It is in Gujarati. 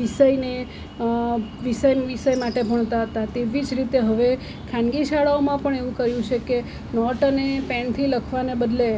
વિષયને વિષયની માટે ભણતા હતા તેવી જ રીતે હવે ખાનગી શાળાઓમાં પણ એવું કર્યું છે કે નોટ અને પેનથી લખવાના બદલે